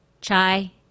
chai